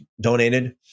donated